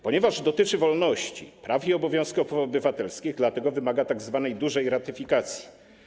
Ponieważ dotyczy wolności, praw i obowiązków obywatelskich, wymaga tzw. dużej ratyfikacji.